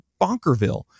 bonkerville